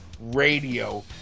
radio